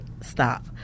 stop